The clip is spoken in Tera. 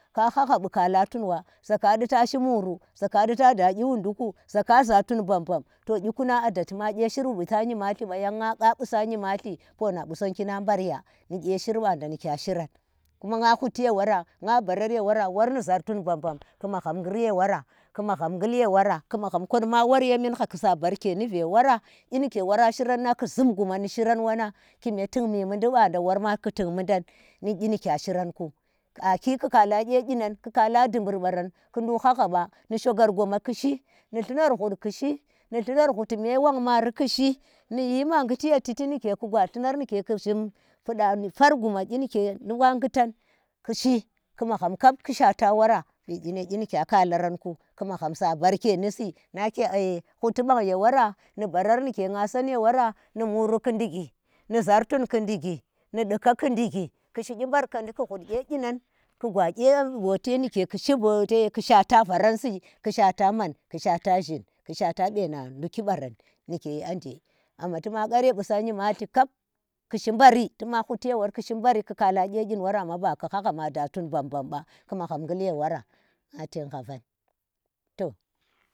Ka hhahga ɓu khala tunwa za ka di tashi muuru za ka di fada kyi wu ndulu za kaza tun bamman to gyi kanang ada gye shir wu yimalti ba, yan nga qa kusa nyimalti pona kye shirnang barya ni kye shi ba da ni kya shiran kuna nga huti ye wora nga barar ye wo waka wor ni zhar tun bambam ku magham qur ye wora ku magham kul ye wara, ke magham kolma wor yemi hha ki sa barke ye wora, kyi nike wora shira nang ku zhum gwamma ni shiram whon neng kike tik mi mudi wada worma ki tik mudan ni kyi ni kya shiranku. aki kala gye kyi nana, ku kala dubur baran ku nduk haah ba. ni shogar goma ki shi, ni llunar hud kishi, ni llunar huti me wanmari kishi, hiyi ma ghiti ye chiti nike ku gwa llunar ndike ku zhum fuda far guma kyi ndike ndukwa ghutan kishi, ku magham kap ku shata wara vid kyine kyi nikya kalaranku. ku magham sabarke misi, nake kyi nike huti bang ye wora, ni bara nike nga san ye wora, nu muru ki dingi ni zar tun ki dingi, ni di ka ki dingi kishi layi barkadi ku ghud kye layinan ku gwa kye boote nike ku shi boote ku shwara varan si. ku shaata man ku shwata zhin ku shwara beena nduki baran nike anje amma tu ma ghar ye qusa nyimalti kap ki shi mbari, tuma ghuti ye worki shi baari tuma ghuti ye worki shi baari ki kala kye kayi wora amma ba ku hang ma da tun bambam ba, ki mmagham ku mbu ye wora nga chinga fan toh.